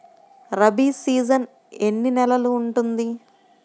Rabi season ఎన్ని నెలలు ఉంటుంది?